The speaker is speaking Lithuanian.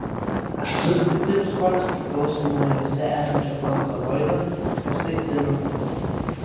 aštrus pipirų skonis priklauso nuo juose esančio alkaloido kapsaicino